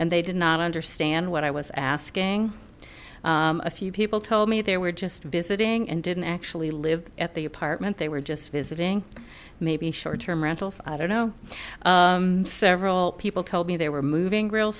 and they did not understand what i was asking a few people told me they were just visiting and didn't actually live at the apartment they were just visiting maybe short term rentals i don't know several people told me they were moving real